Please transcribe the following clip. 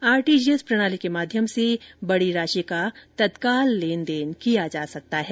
RTGS प्रणाली के माध्यम से बड़ी राशि का तत्काल लेन देन किया जा सकता है